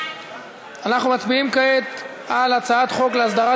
אנחנו מצביעים כעת על הצעת חוק להסדרת